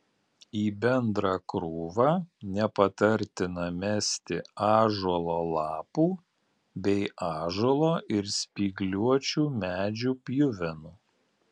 į bendrą krūvą nepatartina mesti ąžuolo lapų bei ąžuolo ir spygliuočių medžių pjuvenų